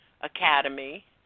Academy